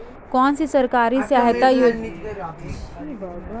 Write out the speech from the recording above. कौनसी सरकारी सहायता योजना के द्वारा मुझे ट्रैक्टर खरीदने में सहायक होगी?